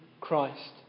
Christ